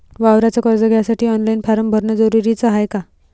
वावराच कर्ज घ्यासाठी ऑनलाईन फारम भरन जरुरीच हाय का?